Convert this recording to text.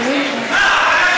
הכנסת תקבע, מה הבעיה?